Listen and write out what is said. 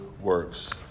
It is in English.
works